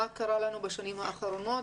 מה קרה לנו בשנים האחרונות.